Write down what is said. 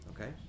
okay